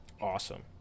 Awesome